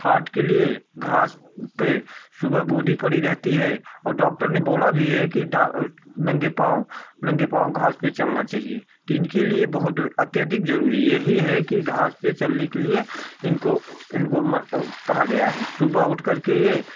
heart के लिए घास पर सुबह बुदी पड़ी रहती है और डॉक्टर ने बोला भी है की डा नंगे पाँव नंगे पाँव घास पर चलना चाहिए तिनके लिए बहुत अत्यधिक ज़रुरी है यही है की घास पर चलने के लिए इनको इनको मलब कहा गया है सुबह उठ करके यह